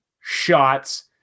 shots